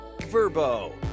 Verbo